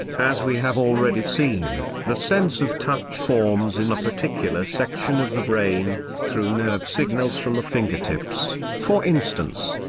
as we have already seen, the sense of touch forms in a particular section of the brain, through nerve signals from the fingertips, for instance.